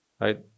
Right